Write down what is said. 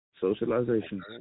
socialization